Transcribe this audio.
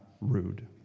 rude